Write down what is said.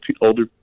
older